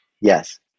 yes